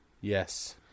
yes